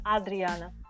Adriana